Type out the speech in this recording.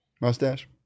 Mustache